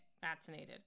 vaccinated